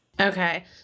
Okay